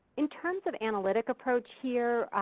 in terms of analytic approach here,